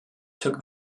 took